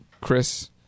Chris